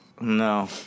No